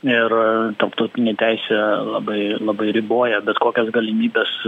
ir tarptautinė teisė labai labai riboja bet kokias galimybes